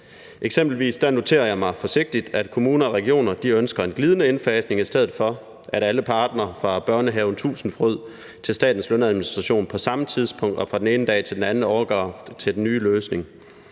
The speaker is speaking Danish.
Eksempelvis noterer jeg mig forsigtigt, at kommuner og regioner ønsker en glidende indfasning, i stedet for at alle parter, fra Børnehaven Tusindfryd til statens lønadministration, på samme tidspunkt og fra den ene dag til den anden overgår til den nye løsning.